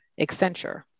Accenture